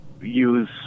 use